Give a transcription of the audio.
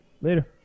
Later